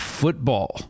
football